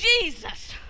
Jesus